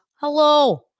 hello